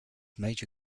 major